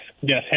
yes